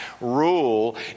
rule